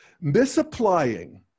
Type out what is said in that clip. misapplying